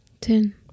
Ten